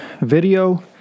video